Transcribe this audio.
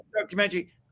documentary